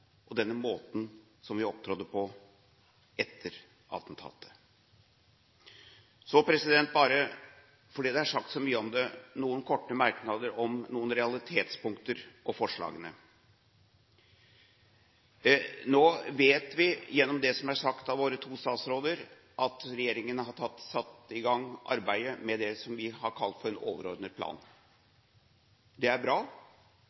og den måten vi opptrådte på etter attentatet. Så bare – fordi det er sagt så mye om det – noen korte merknader om noen realitetspunkter og forslagene. Nå vet vi, av det som er sagt av våre to statsråder, at regjeringen har satt i gang arbeidet med det som vi har kalt for en overordnet plan. Det er bra,